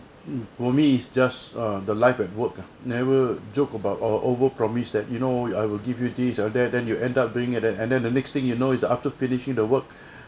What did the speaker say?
mm for me is just err the life at work ah never joke about or over promise that you know I will give you these and that then you end up being at that and then the next thing you know is after finishing the work